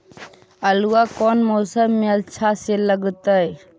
आलू कौन मौसम में अच्छा से लगतैई?